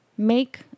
Make